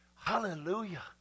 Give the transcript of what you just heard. hallelujah